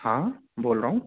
हाँ बोल रहा हूँ